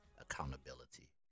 accountability